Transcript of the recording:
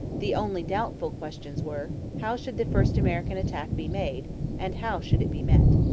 the only doubtful questions were, how should the first american attack be made and how should it be met?